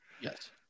Yes